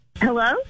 Hello